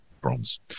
bronze